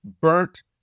burnt